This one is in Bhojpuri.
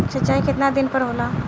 सिंचाई केतना दिन पर होला?